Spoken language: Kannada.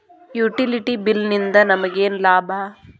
ಯುಟಿಲಿಟಿ ಬಿಲ್ ನಿಂದ್ ನಮಗೇನ ಲಾಭಾ?